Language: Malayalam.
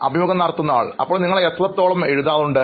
അഭിമുഖം നടത്തുന്നയാൾ അപ്പോൾ നിങ്ങൾ എത്രത്തോളം എഴുതാറുണ്ട്